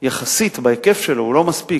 יחסית בהיקף שלו, הוא לא מספיק.